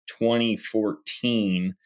2014